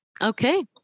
Okay